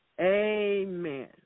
Amen